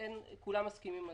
כולם מסכימים לזה.